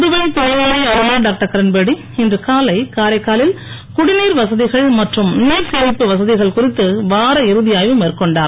புதுவை துணை நிலை ஆளுநர் டாக்டர் கிரண்பேடி இன்று காலை காரைக்காலில் குடிநீர் வசதிகள் மற்றும் நீர் சேமிப்பு வசதிகள் குறித்து வார இறுதி ஆய்வு மேற்கொண்டார்